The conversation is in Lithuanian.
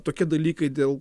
tokie dalykai dėl